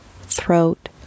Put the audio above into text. throat